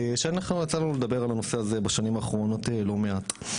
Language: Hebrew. שאנחנו יצאנו לדבר על הנושא הזה בשנים האחרונות לא מעט,